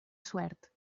suert